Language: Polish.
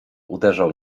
uderzał